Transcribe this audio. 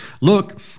Look